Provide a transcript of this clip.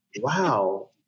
wow